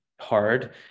hard